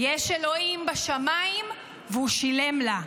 "יש אלוהים בשמיים והוא שילם לה.